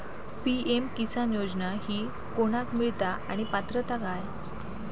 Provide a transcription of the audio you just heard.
PM Kisan योजना ही कोणाक मिळता आणि पात्रता काय?